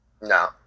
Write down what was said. No